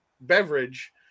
beverage